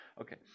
Okay